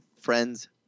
friends